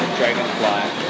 dragonfly